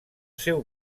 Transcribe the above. seu